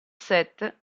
set